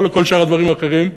לא לכל שאר הדברים האחרים,